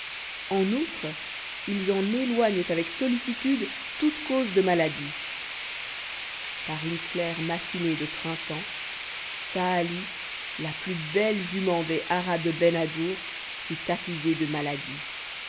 en outre ils en éloignent avec sollicitude toute cause de maladie par une claire matinée de printemps saali la plus belle jument des haras de ben hadour fut accusée de maladie